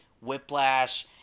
Whiplash